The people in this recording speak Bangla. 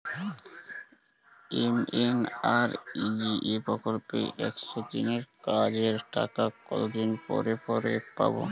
এম.এন.আর.ই.জি.এ প্রকল্পে একশ দিনের কাজের টাকা কতদিন পরে পরে পাব?